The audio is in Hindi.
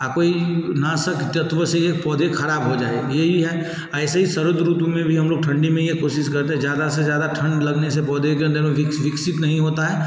कोई नाशक तत्व से ये पौधे खराब हो जाए यही है ऐसे ही शरद ऋतु में भी हम लोग ठंडी में ये कोशिश करते हैं ज़्यादा से ज़्यादा ठंड लगने से पौधे के अंदर में विकसित नहीं होता है